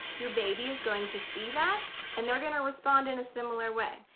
your baby is going to see that and they're gonna respond in a similar way.